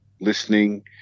listening